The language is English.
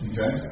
Okay